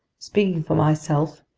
speaking for myself,